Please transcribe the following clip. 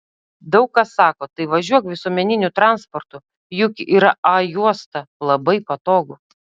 daug kas sako tai važiuok visuomeniniu transportu juk yra a juosta labai patogu